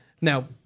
Now